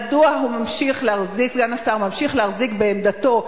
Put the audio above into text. מדוע סגן השר ממשיך להחזיק בעמדתו,